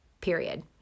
period